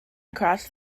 across